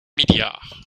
milliards